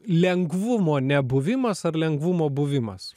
lengvumo nebuvimas ar lengvumo buvimas